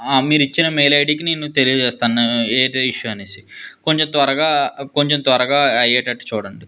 మీరిచ్చిన మెయిల్ ఐడికి నేను తెలియజేస్తాను ఏది ఇష్యూ అనేసి కొంచెం త్వరగా కొంచెం త్వరగా అయ్యేటట్టు చూడండి